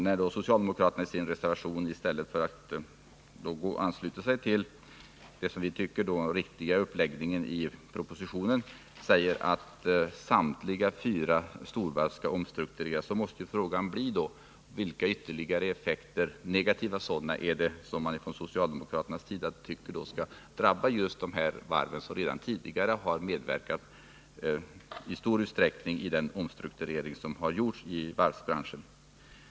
När då socialdemokraterna, i stället för att ansluta sig till förslaget i propositionen som vi tycker innebär en riktigare uppläggning, i en reservation säger att samtliga fyra storvarv skall omstruktureras måste frågan bli: Vilka ytterligare negativa effekter tycker socialdemokraterna skall få drabba dessa varv — i Göteborg och Uddevalla —, som redan tidigare i stor utsträckning har medverkat i den omstrukturering som har gjorts inom varvsbranschen?